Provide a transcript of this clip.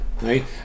right